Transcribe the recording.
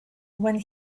when